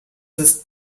ist